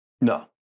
No